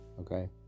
okay